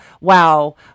wow